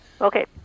Okay